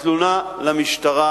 התלונה למשטרה